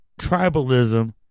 tribalism